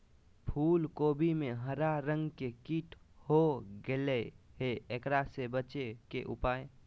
फूल कोबी में हरा रंग के कीट हो गेलै हैं, एकरा से बचे के उपाय?